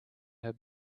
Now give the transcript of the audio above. her